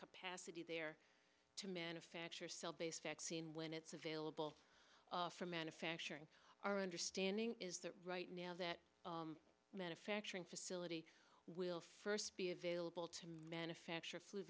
capacity there to manufacture cell based axion when it's available for manufacturing our understanding is that right now that manufacturing facility will first be available to manufacture f